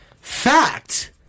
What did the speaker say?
Fact